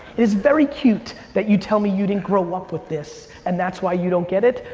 is very cute that you tell me you didn't grow up with this and that's why you don't get it,